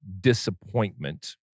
disappointment